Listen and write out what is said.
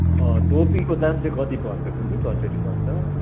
टोपीको दाम चाहिँ कति पर्छ कुन्नी कसरी पर्छ